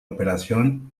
operación